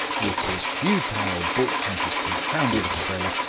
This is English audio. with his futile books and his confounded umbrella,